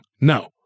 No